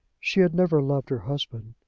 she had never loved her husband.